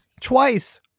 twice